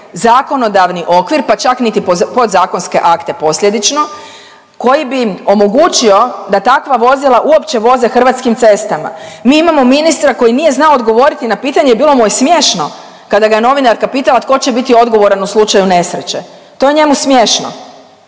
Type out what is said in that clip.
zakonodavni okvir, pa čak niti podzakonske akte posljedično koji bi omogućio da takva vozila uopće voze hrvatskim cestama. Mi imamo ministra koji nije znao odgovoriti na pitanje i bilo mu je smiješno kada ga je novinarka pitala tko će biti odgovoran u slučaju nesreće. To je njemu smiješno,